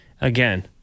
again